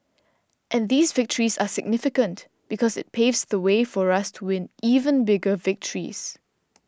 and these victories are significant because it paves the way for us to win even bigger victories